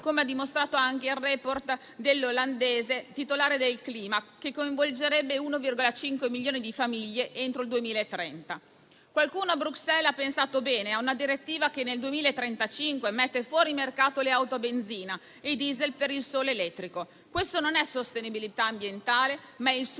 come ha dimostrato anche il *report* dell'olandese titolare dell'azione europea per il clima - che coinvolgerebbe 1,5 milioni di famiglie entro il 2030. Qualcuno a Bruxelles ha pensato bene a una direttiva che nel 2035 metta fuori mercato le auto a benzina e a diesel, a vantaggio del solo elettrico. Questa non è sostenibilità ambientale, ma il suicidio